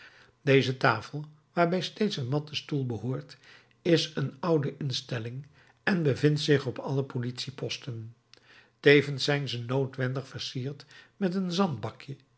deze tafel waarbij steeds een matten stoel behoort is een oude instelling en bevindt zich op alle politieposten tevens zijn ze noodwendig versierd met een zandbakje